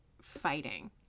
fighting